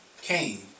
Cain